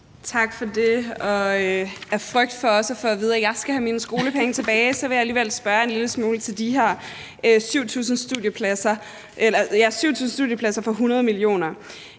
Tak for det. På trods af frygten for at få at vide, at jeg også skal have mine skolepenge tilbage, vil jeg alligevel spørge en lille smule til de her 7.000 studiepladser for 100 mio.